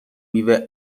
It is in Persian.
میوه